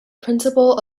principle